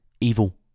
evil